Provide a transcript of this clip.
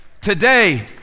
Today